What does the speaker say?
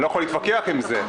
אני לא יכול להתווכח עם זה.